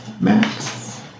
max